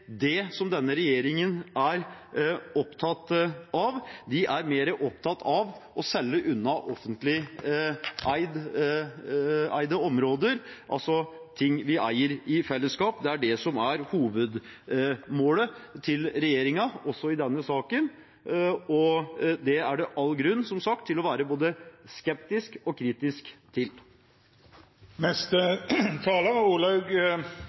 det som denne regjeringen er opptatt av. De er mer opptatt av å selge unna offentlig eide områder, altså ting vi eier i fellesskap. Det er det som er hovedmålet til regjeringen også i denne saken, og det er det som sagt all grunn til å være både skeptisk og kritisk til. Jeg registrerer at det er